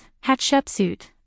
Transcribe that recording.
Hatshepsut